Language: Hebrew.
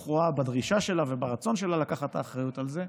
רואה בדרישה שלה וברצון שלה לקחת את האחריות על זה,